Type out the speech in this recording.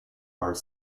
are